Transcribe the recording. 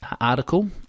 article